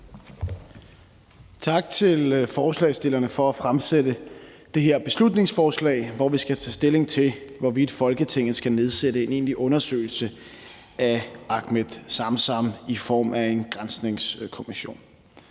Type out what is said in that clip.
Tak til forslagsstillerne for at fremsætte det her beslutningsforslag, hvor vi skal tage stilling til, hvorvidt Folketinget skal nedsætte en egentlig undersøgelse af Ahmed Samsam i form af en granskningskommission.